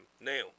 Now